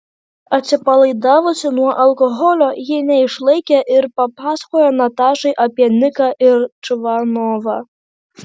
atsipalaidavusi nuo alkoholio ji neišlaikė ir papasakojo natašai apie niką ir čvanovą